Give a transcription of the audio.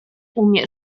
umie